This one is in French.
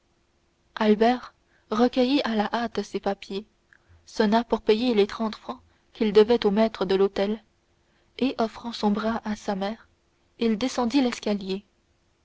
albert recueillit à la hâte ses papiers sonna pour payer les trente francs qu'il devait au maître de l'hôtel et offrant son bras à sa mère il descendit l'escalier